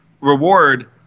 reward